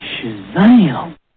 Shazam